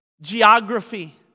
geography